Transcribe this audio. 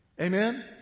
Amen